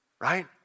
Right